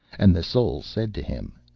and the soul said to him,